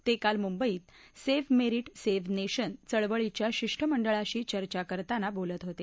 ते काल मुंबईत सेव्ह मेरिट सेव्ह नेशन चळवळीच्या शिष्टमंडळाशी चर्चा करताना बोलत होते